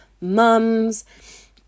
mums